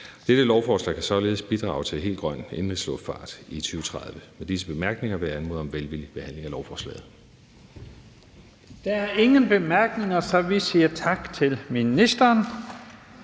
Dette lovforslag kan således bidrage til helt grøn indenrigsluftfart i 2030. Med disse bemærkninger vil jeg anmode om velvillig behandling af lovforslaget. Kl. 12:38 Første næstformand (Leif Lahn